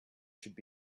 should